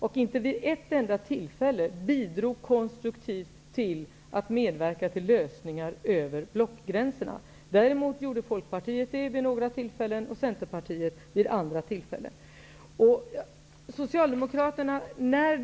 Inte vid ett enda tillfälle bidrog Moderaterna konstruktivt till att medverka till lösningar över blockgränserna. Vid några tillfällen medverkade emellertid Folkpartiet, och vid några andra tillfällen Centern.